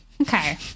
Okay